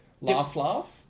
laugh-laugh